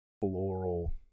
floral